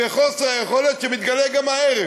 זה חוסר היכולת שמתגלה גם הערב,